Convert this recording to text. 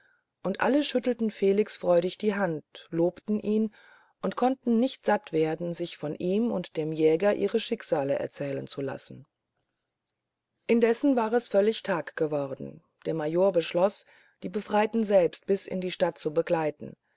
und alle schüttelten felix freudig die hand lobten ihn und konnten nicht satt werden sich von ihm und dem jäger ihre schicksale erzählen zu lassen indessen war es völlig tag geworden der major beschloß die befreiten selbst bis in die stadt zu begleiten